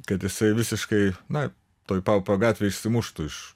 kad jisai visiškai na toj paupio gatvėj išsimuštų iš